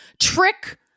trick